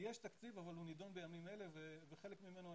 יש תקציב אבל הוא נדון בימים אלה וחלק ממנו,